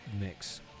mix